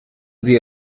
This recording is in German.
sie